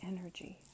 energy